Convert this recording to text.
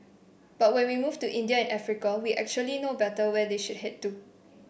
but when we move to India and Africa we actually know better where they should head to